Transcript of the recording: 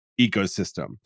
ecosystem